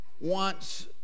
wants